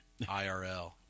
IRL